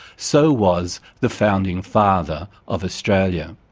so was the founding father of australia.